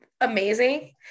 amazing